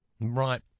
Right